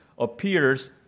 Appears